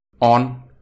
on